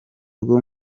rwo